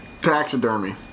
Taxidermy